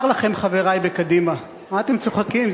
אומר לכם, חברי בקדימה, מה אתם צוחקים?